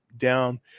down